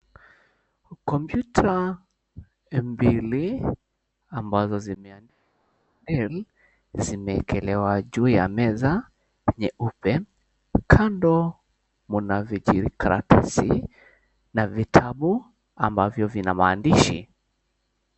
Kompyuta mbili ambazo zimeekelewa juu ya meza meupe, kando mna vijikaratasi na vitabu ambavyo vina maandishi.